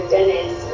Dennis